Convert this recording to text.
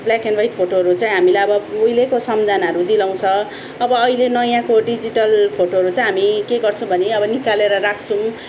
black and white फोटोहरू चाहिँ हामीलाई अब उहिलेको सम्झनाहरू दिलाउँछ अब अहिले नयाँको डिजिटल फोटोहरू चाहिँ हामी के गर्छौँ भने अब निकालेर राख्छौँ